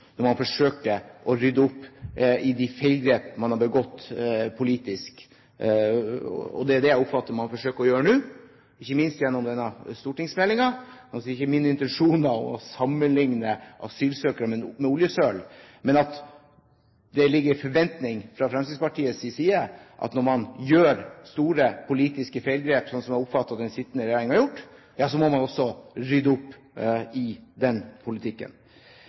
når man forsøker å rydde opp i de feilgrepene man har begått politisk. Det er dét jeg oppfatter at man forsøker å gjøre nå, ikke minst gjennom denne stortingsmeldingen. Det var ikke min intensjon da å sammenligne asylsøkere med oljesøl, men å si at det ligger forventninger fra Fremskrittspartiets side om at når man gjør store politiske feilgrep, sånn som jeg oppfatter at den sittende regjeringen har gjort, så må man også rydde opp i den politikken.